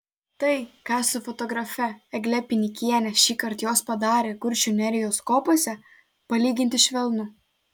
tai ką su fotografe egle pinikiene šįkart jos padarė kuršių nerijos kopose palyginti švelnu